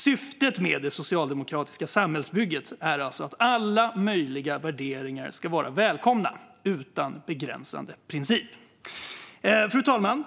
Syftet med det socialdemokratiska samhällsbygget är alltså att alla möjliga värderingar ska vara välkomna utan begränsande princip. Fru talman!